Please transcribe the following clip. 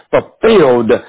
fulfilled